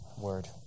Word